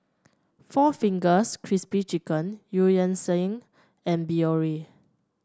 Four Fingers Crispy Chicken Eu Yan Sang and Biore